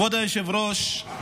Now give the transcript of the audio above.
כבוד היושב-ראש,